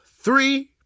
three